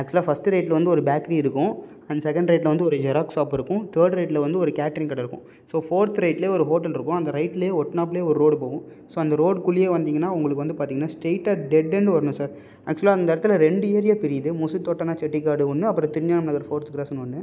அக்சுவலாக first ரைட்டில் வந்து ஒரு பேக்கரி இருக்கும் அண்ட் செகண்ட் ரைட்டில் வந்து ஒரு ஜெராக்ஸ் ஷாப் இருக்கும் தேர்டு ரைட்டில் வந்து ஒரு கேட்ரிங் கடை இருக்கும் ஸோ ஃபோர்த்து ரைட்ல ஒரு ஹோட்டல் இருக்கும் அந்த ரைட்ல ஒட்டுனாப்லே ஒரு ரோடு போகும் ஸோ அந்த ரோடுகுள்ளேயே வந்திங்கன்னா உங்களுக்கு வந்து பார்த்திங்கனா ஸ்ரைட்டா டெட் எண்டு வருணும் சார் அக்சுவலாக அந்த இடத்துல ரெண்டு ஏரியா பிரியிது முசுதோட்டனா செட்டிக்காடு ஒன்று அப்புறோம் திருஞான நகர் ஃபோர்த்து க்ராஸுன்னு ஒன்று